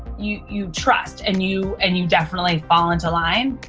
you you trust and you and you definitely fall into line.